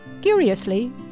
Curiously